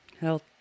health